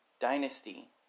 Dynasty